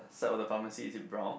side of the pharmacy is it brown